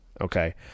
Okay